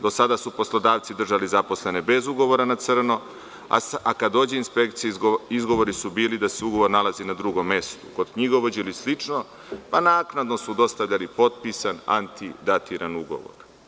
Do sada su poslodavci držali zaposlene bez ugovora na crno, a kada dođe inspekcija izgovori su bili da se ugovor nalazi na drugom mestu kod knjigovođe ili slično, pa su naknadno dostavljali potpisan antidatiran ugovor.